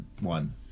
one